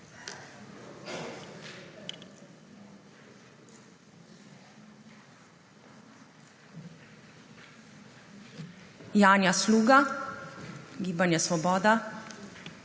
Janja Sluga, Gibanje Svoboda.